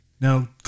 Now